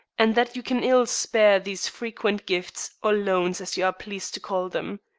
and that you can ill spare these frequent gifts, or loans, as you are pleased to call them.